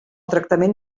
tractament